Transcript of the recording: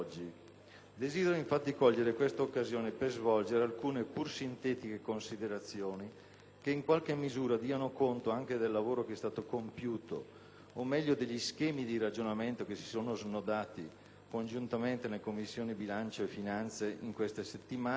Desidero, infatti, cogliere questa occasione per svolgere alcune pur sintetiche considerazioni che, in qualche misura, diano conto del lavoro compiuto o, meglio, degli schemi di ragionamento che si sono snodati congiuntamente nelle Commissioni bilancio e finanze in queste settimane